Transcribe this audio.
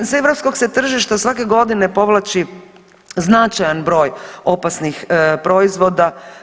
Sa europskog se tržišta svake godine povlači značajan broj opasnih proizvoda.